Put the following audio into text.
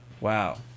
Wow